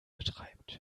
betreibt